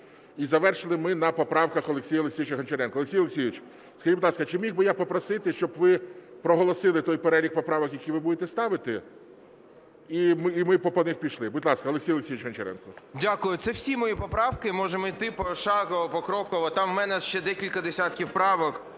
І завершили ми на поправках Олексія Олексійовича Гончаренка. Олексію Олексійовичу, скажіть, будь ласка, чи міг би я попросити, щоб ви проголосили той перелік поправок, який ви будете ставити, і ми по них пішли? Будь ласка, Олексій Олексійович Гончаренко. 10:04:41 ГОНЧАРЕНКО О.О. Дякую. Це всі поправки, можемо йти пошагово, покроково, там у мене ще декілька десятків правок,